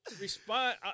respond